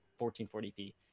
1440p